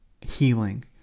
healing